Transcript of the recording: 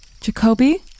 Jacoby